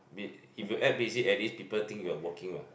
if if you act busy at least people think you are working what